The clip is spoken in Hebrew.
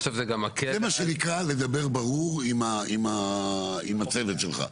זה מה שנקרא, לדבר ברור עם הצוות שלך.